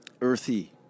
earthy